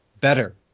better